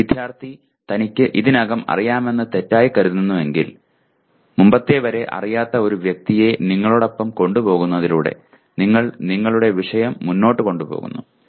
ഒരു വിദ്യാർത്ഥി തനിക്ക് ഇതിനകം അറിയാമെന്ന് തെറ്റായി കരുതുന്നുവെങ്കിൽ മുമ്പത്തെവരെ അറിയാത്ത ഒരു വ്യക്തിയെ നിങ്ങളോടൊപ്പം കൊണ്ടുപോകുന്നതിലൂടെ നിങ്ങൾ നിങ്ങളുടെ വിഷയം മുന്നോട്ട് കൊണ്ടുപോകുന്നു